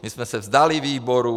My jsme se vzdali výborů.